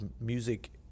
music